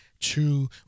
true